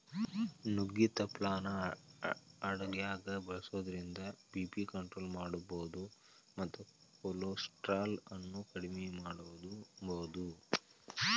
ನುಗ್ಗಿ ತಪ್ಪಲಾನ ಅಡಗ್ಯಾಗ ಬಳಸೋದ್ರಿಂದ ಬಿ.ಪಿ ಕಂಟ್ರೋಲ್ ಮಾಡಬೋದು ಮತ್ತ ಕೊಲೆಸ್ಟ್ರಾಲ್ ಅನ್ನು ಅಕೆಡಿಮೆ ಮಾಡಬೋದು